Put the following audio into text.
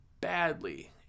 badly